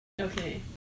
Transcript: Okay